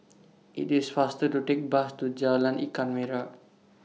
IT IS faster to Take Bus to Jalan Ikan Merah